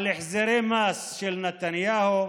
על החזרי מס של נתניהו,